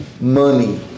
money